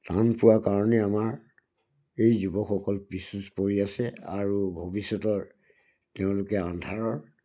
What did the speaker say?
টান পোৱাৰ কাৰণে আমাৰ এই যুৱকসকল পিছ পৰি আছে আৰু ভৱিষ্যতৰ তেওঁলোকে আন্ধাৰৰ